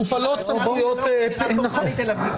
לא חקירה פורמלית, אלא בדיקה.